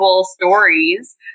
stories